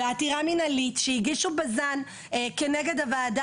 בעתירה מינהלית שהגישו בז"ן כנגד הוועדה